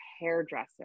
hairdresser